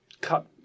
cut